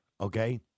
Okay